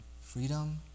freedom